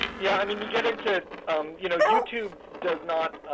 yeah, i mean, you get into you know youtube does not